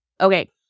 Okay